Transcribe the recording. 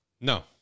No